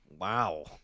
Wow